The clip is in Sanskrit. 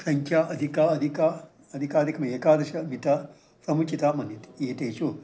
संख्या अधिका अधिका अधिकाधिकम् एकादशविधः समुचिता मन्यते एतेषु